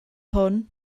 hwn